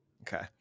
Okay